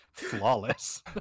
Flawless